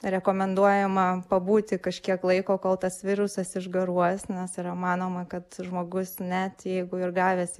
rekomenduojama pabūti kažkiek laiko kol tas virusas išgaruos nes yra manoma kad žmogus net jeigu ir gavęs